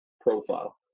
profile